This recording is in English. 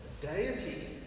deity